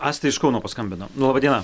asta iš kauno paskambino laba diena